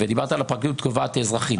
דיברת על הפרקליטות שתובעת אזרחית.